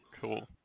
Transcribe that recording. cool